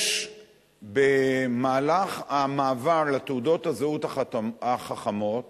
במהלך המעבר לתעודות הזהות החכמות